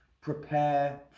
prepare